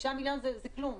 5 מיליון זה כלום.